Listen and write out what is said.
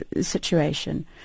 situation